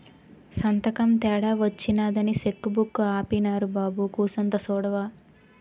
సంతకం తేడా వచ్చినాదని సెక్కు ఆపీనారు బాబూ కూసంత సూడవా